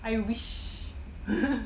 I wish